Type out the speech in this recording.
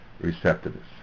receptiveness